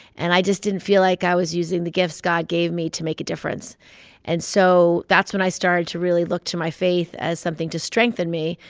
and i just didn't feel like i was using the gifts god gave me to make a difference and so that's when i started to really look to my faith as something to strengthen me.